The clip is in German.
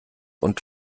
und